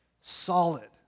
solid